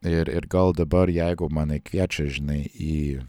ir ir gal dabar jeigu mane kviečia žinai į